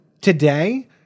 today